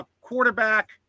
quarterback